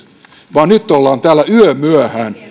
vaan nyt ollaan täällä yömyöhään